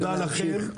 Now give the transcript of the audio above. תודה לכם.